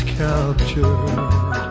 captured